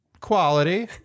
quality